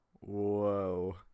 whoa